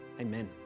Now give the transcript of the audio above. amen